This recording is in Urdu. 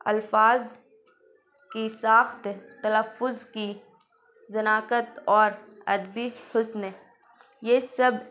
الفاظ کی ساخت تلفظ کی شناخت اور ادبی حسن یہ سب